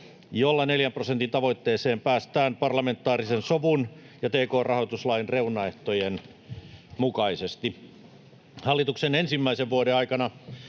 jolla neljän prosentin tavoitteeseen päästään parlamentaarisen sovun ja tk-rahoituslain reunaehtojen mukaisesti. Hallituksen ensimmäisen vuoden aikana